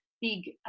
big